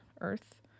earth